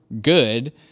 good